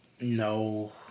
No